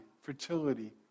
fertility